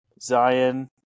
Zion